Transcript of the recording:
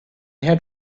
had